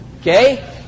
Okay